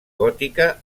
gòtica